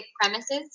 premises